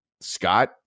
Scott